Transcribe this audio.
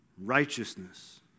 righteousness